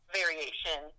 variation